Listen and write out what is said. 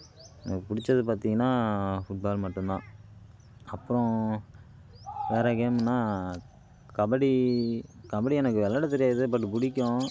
எனக்கு பிடிச்சது பார்த்தீங்கன்னா ஃபுட்பால் மட்டுந்தான் அப்புறோம் வேற கேம்னா கபடி கபடி எனக்கு விளாட தெரியாது பட்டு பிடிக்கும்